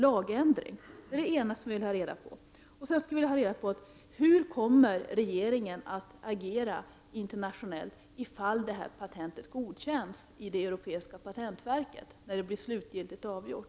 Jag skulle vilja veta justitieministerns inställning till denna fråga. Jag vill också veta hur regeringen kommer att agera på det internationella planet ifall detta patent godkänns i det europeiska patentverket då frågan blir slutgiltigt avgjord.